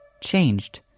changed